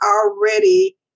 already